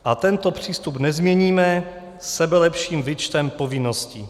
A tento přístup nezměníme sebelepším výčtem povinností.